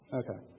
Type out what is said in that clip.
okay